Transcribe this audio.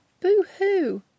boo-hoo